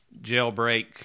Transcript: jailbreak